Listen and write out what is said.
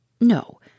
No